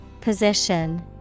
Position